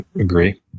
agree